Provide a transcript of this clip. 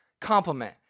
Compliment